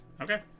Okay